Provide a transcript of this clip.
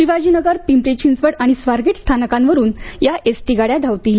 शिवाजीनगर पिंपरी चिंचवड आणि स्वारगेट स्थानकांवरुन या गाड्या धावतील